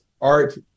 art